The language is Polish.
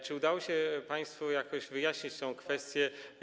Czy udało się państwu jakoś wyjaśnić tę kwestię?